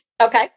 Okay